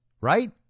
right